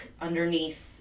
underneath